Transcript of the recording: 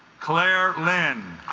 claire lynn